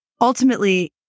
Ultimately